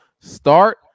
Start